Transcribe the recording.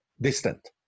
distant